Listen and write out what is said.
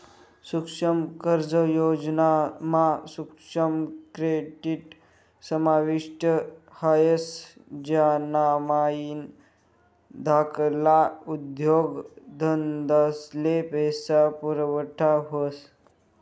सुक्ष्म कर्ज योजना मा सुक्ष्म क्रेडीट समाविष्ट ह्रास ज्यानामाईन धाकल्ला उद्योगधंदास्ले पैसा पुरवठा व्हस